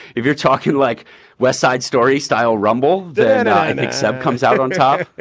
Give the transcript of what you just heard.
if you're talking like west side story style rumble that i and accept comes out on top,